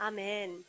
Amen